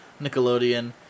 Nickelodeon